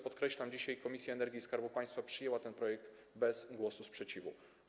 Podkreślam, że dzisiaj Komisja do Spraw Energii i Skarbu Państwa przyjęła ten projekt bez głosu sprzeciwu.